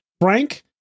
Frank